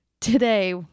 today